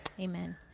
Amen